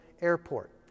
airport